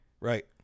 Right